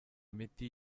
imiti